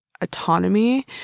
autonomy